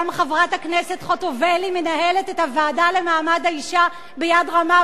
גם חברת הכנסת חוטובלי מנהלת את הוועדה למעמד האשה ביד רמה,